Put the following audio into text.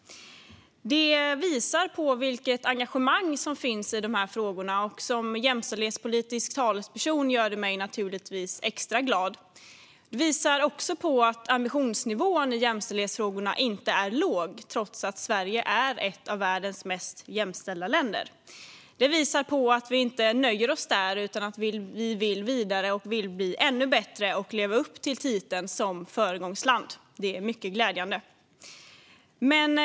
Det visar på vilket engagemang som finns i de frågorna. Som jämställdhetspolitisk talesperson gör det mig extra glad. Det visar också på att ambitionsnivån i jämställdhetsfrågorna inte är låg trots att Sverige är ett av världens mest jämställda länder. Det visar på att vi inte nöjer oss utan att vi vill vidare, vill bli ännu bättre och leva upp till titeln som föregångsland. Det är mycket glädjande.